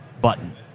button